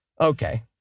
Okay